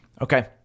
Okay